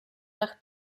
nach